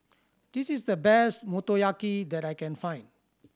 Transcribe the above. this is the best Motoyaki that I can find